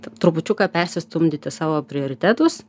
trupučiuką persistumdyti savo prioritetus